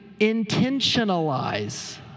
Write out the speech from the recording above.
intentionalize